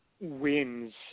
wins